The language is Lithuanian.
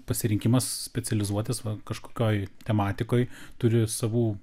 pasirinkimas specializuotis kažkokioj tematikoj turi savų